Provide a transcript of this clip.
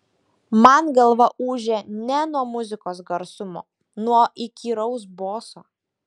man galva ūžė ne nuo muzikos garsumo nuo įkyraus boso